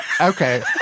okay